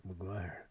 mcguire